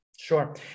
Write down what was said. Sure